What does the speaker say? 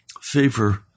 Favor